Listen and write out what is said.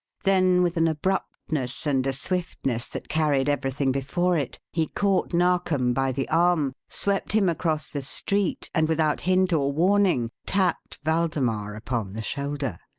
then with an abruptness and a swiftness that carried everything before it, he caught narkom by the arm, swept him across the street, and without hint or warning tapped waldemar upon the shoulder.